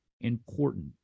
important